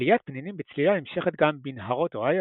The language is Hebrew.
שליית פנינים בצלילה נמשכת גם בנהרות אוהיו